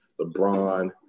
LeBron